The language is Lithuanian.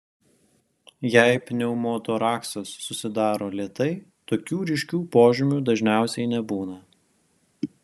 jei pneumotoraksas susidaro lėtai tokių ryškių požymių dažniausiai nebūna